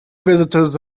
visitors